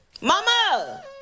Mama